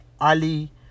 Ali